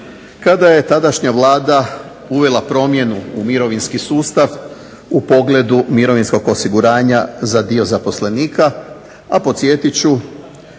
kada je tadašnja Vlada uvela promjenu u mirovinski sustav u pogledu mirovinskog osiguranja za dio zaposlenika, a podsjetiti